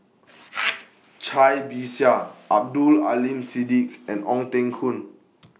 Cai Bixia Abdul Aleem Siddique and Ong Teng Koon